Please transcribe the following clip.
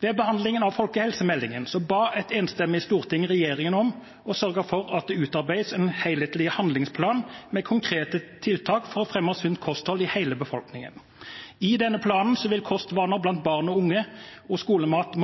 Ved behandlingen av folkehelsemeldingen ba et enstemmig storting regjeringen om å sørge for at det utarbeides en helhetlig handlingsplan med konkrete tiltak for å fremme sunt kosthold i hele befolkningen. I denne planen vil kostvaner blant barn og unge og skolemat